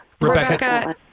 Rebecca